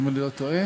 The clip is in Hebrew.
אם אני לא טועה.